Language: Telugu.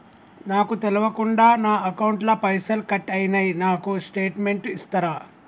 నాకు తెల్వకుండా నా అకౌంట్ ల పైసల్ కట్ అయినై నాకు స్టేటుమెంట్ ఇస్తరా?